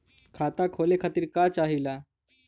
खाता खोले खातीर का चाहे ला?